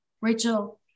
Rachel